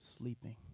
sleeping